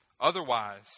Otherwise